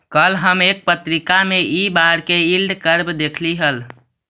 कल हम एक पत्रिका में इ बार के यील्ड कर्व देखली हल